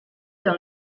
dans